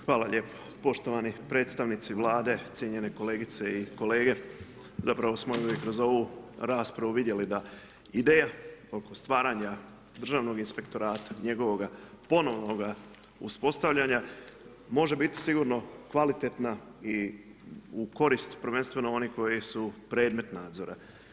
Hvala lijepo, poštovani predstavnici Vlade, cijenjene kolegice i kolege, zapravo smo i kroz ovu raspravu vidjeli da ideja oko stvaranja Državnoga inspektorata, njegovoga ponovnoga uspostavljanja može biti sigurno kvalitetna i u korist prvenstveno onih koji su predmet nadzora.